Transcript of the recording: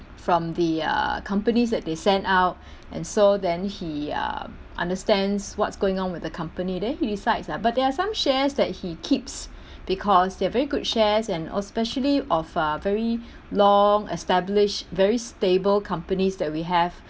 from the uh companies that they send out and so then he uh understands what's going on with the company then he decides ah but there are some shares that he keeps because they're very good shares and especially of uh very long established very stable companies that we have